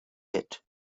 hit